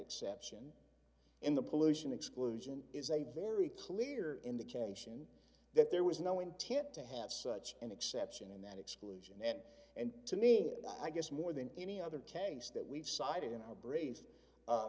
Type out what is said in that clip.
exception in the pollution exclusion is a very clear indication that there was no intent to have such an exception in that collusion and and to me i guess more than any other case that we've cited in our brief